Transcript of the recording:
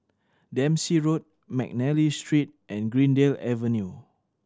Dempsey Road McNally Street and Greendale Avenue